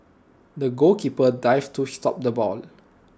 the goalkeeper dived to stop the ball